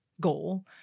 goal